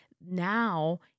now